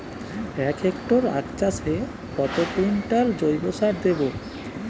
এক হেক্টরে আখ চাষে কত কুইন্টাল জৈবসার দেবো?